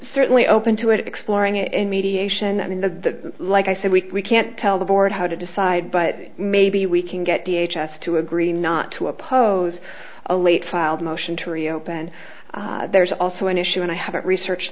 certainly open to exploring and mediation i mean the like i said we can't tell the board how to decide but maybe we can get d h to agree not to oppose a late filed a motion to reopen there's also an issue and i haven't researched